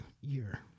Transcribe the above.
year